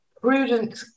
prudent